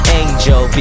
angel